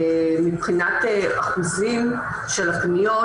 מבחינת אחוזים של הפניות,